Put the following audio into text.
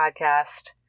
podcast